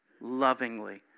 lovingly